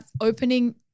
opening